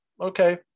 okay